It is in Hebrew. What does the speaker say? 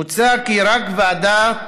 מוצע כי רק ועדת